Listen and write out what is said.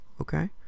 okay